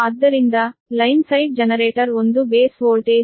ಆದ್ದರಿಂದ line side generator 1 base voltage 100 12